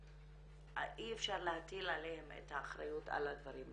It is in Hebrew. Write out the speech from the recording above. ואי אפשר להטיל עליהם את האחריות לדברים האלה.